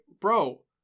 bro